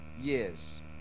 years